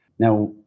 Now